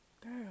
Girl